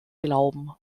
glauben